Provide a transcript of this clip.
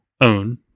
own